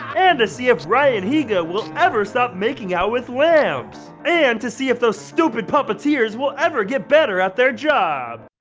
and to see if ryan higa will ever stop making out with lamps. and to see if those stupid puppeteers will ever get better at their job!